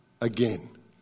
again